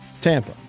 Tampa